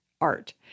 art